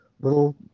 little